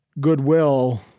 goodwill